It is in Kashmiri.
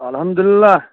اَلحمد للہ